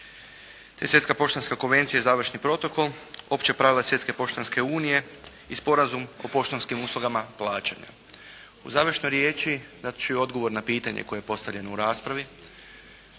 te Svjetske poštanske konvencije završni protokol, opće pravo Svjetske poštanske unije i Sporazum o poštanskim uslugama plaćanja. U završnoj riječi dat ću i odgovor na pitanje koje je postavljeno u raspravi.